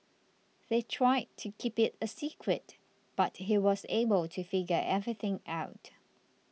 they tried to keep it a secret but he was able to figure everything out